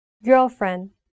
Girlfriend